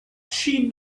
she